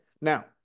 Now